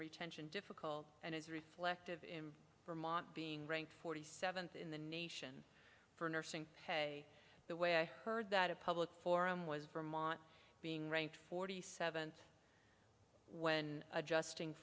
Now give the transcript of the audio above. recruitment difficult and is reflective in vermont being ranked forty seventh in the nation for nursing the way i heard that a public forum was vermont being ranked forty seventh when adjusting